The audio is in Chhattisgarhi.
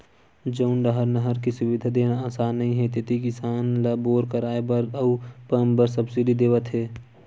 जउन डाहर नहर के सुबिधा देना असान नइ हे तेती किसान ल बोर करवाए बर अउ पंप बर सब्सिडी देवत हे